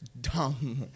Dumb